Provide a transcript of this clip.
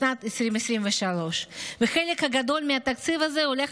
לשנת 2023. חלק גדול מהתקציב הזה הולך